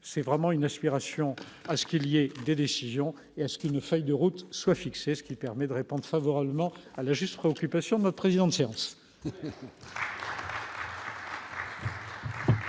c'est vraiment une aspiration à ce qu'il y ait des décisions lorsqu'une feuille de route soit fixé, ce qui permet de répondre favorablement à la juste préoccupation me président de séance.